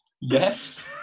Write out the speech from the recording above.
Yes